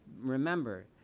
Remember